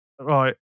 Right